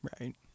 Right